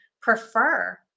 prefer